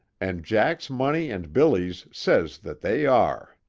and jack's money and billy's says that they are!